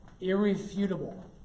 irrefutable